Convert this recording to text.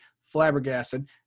flabbergasted